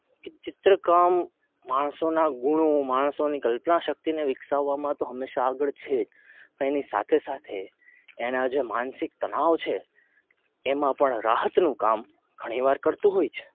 કે ચિત્રકામ માણસોના ગુણો માણસોની કલ્પના શક્તિને વિકસાવવામાં તો હંમેશા આગળ છે જ પણ એની સાથે સાથે એના જે માનસિક તનાવ છે એમાં પણ રાહતનું કામ ઘણીવાર કરતું હોય છે